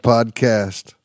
Podcast